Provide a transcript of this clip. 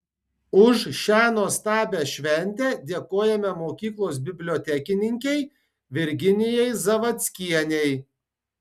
už šią nuostabią šventę dėkojame mokyklos bibliotekininkei virginijai zavadskienei